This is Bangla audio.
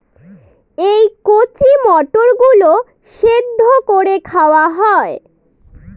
এই কচি মটর গুলো সেদ্ধ করে খাওয়া হয়